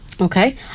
Okay